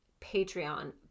Patreon